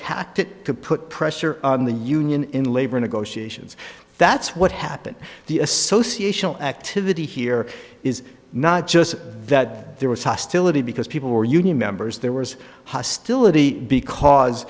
tactic to put pressure on the union in labor negotiations that's what happened the association activity here is not just that there was hostility because people were union members there was hostility because